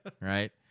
right